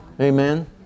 Amen